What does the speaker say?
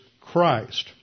Christ